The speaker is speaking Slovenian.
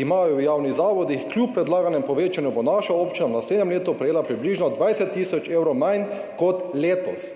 imajo v javnih zavodih, kljub predlaganemu povečanju bo naša občina v naslednjem letu prejela približno 20 tisoč evrov manj kot letos.«